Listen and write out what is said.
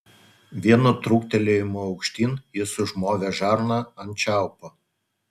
vienu trūktelėjimu aukštyn jis užmovė žarną ant čiaupo